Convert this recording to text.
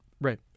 Right